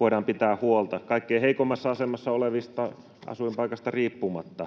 voidaan pitää huolta, kaikkein heikoimmassa asemassa olevista, asuinpaikasta riippumatta.